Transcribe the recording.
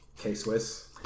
K-Swiss